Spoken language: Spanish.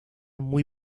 muy